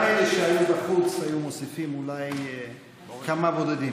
גם אלה שהיו בחוץ היו מוסיפים אולי כמה בודדים.